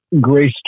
grace